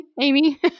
Amy